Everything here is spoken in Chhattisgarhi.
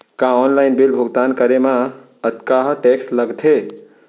का ऑनलाइन बिल भुगतान करे मा अक्तहा टेक्स लगथे?